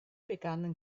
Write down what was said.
begannen